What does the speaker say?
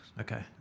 Okay